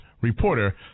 reporter